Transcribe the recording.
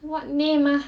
what name ah